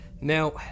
Now